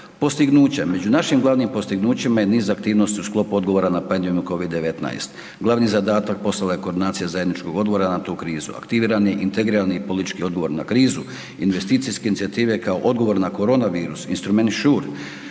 Postignuća, među našim glavnim postignućima je niz aktivnosti u sklopu odgovora na pandemiju Covid 19. Glavni zadatak postala je koordinacija zajedničkog odgovora na tu krizu. Aktiviran je integrirani politički odgovor na krizu, investicijske inicijative kao odgovor na korona virus, instrument